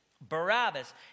Barabbas